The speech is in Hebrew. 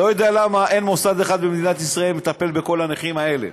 לא יודע למה אין מוסד אחד במדינת ישראל שמטפל בכל הנכים האלה.